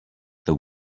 this